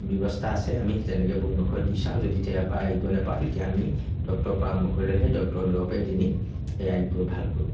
ব্যৱস্থা আছে আমি সেই তেনেকৈ বন ঔষধ দি চাওঁ যদি তাৰপৰা আয়োগ্য নাপাওঁ তেতিয়া আমি ডক্টৰৰ পৰামৰ্শ লৈহে ডক্টৰৰ দৰব দি নি এই আয়োগ্য ভাল কৰোঁ